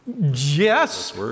yes